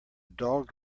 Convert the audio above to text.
dog